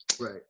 Right